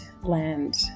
land